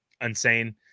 insane